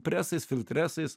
presais filtresais